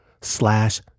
slash